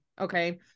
okay